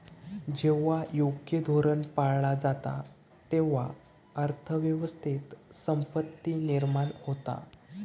जेव्हा योग्य धोरण पाळला जाता, तेव्हा अर्थ व्यवस्थेत संपत्ती निर्माण होता